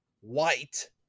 white